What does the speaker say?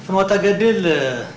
from what i did he